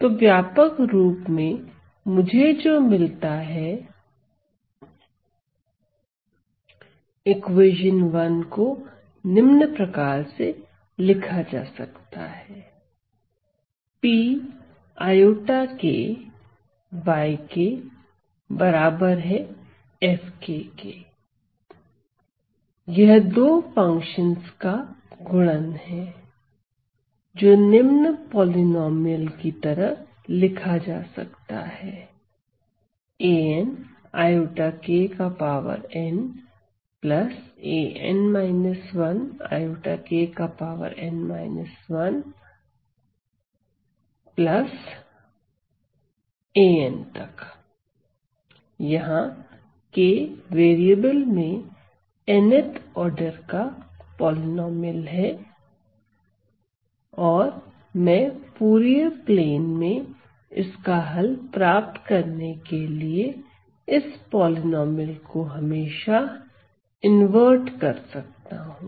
तो व्यापक रूप में मुझे जो मिलता है इक्वेशन 1 को निम्न प्रकार से लिखा जा सकता है यह दो फंक्शन का गुणन है जो निम्न पॉलिनॉमियल की तरह लिखा जा सकता है यह k वेरिएबल में n ऑर्डर का पॉलिनॉमियल है और मैं फूरिये प्लेन मैं इसका हल प्राप्त करने के लिए इस पॉलिनॉमियल को हमेशा इनवर्ट कर सकता हूं